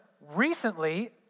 Recently